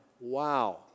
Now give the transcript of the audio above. Wow